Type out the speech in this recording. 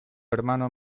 hermano